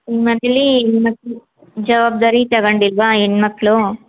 ನಿಮ್ಮ ಮನೇಲೀ ಜವಾಬ್ದಾರಿ ತಗೊಂಡಿಲ್ವ ಹೆಣ್ಣು ಮಕ್ಕಳು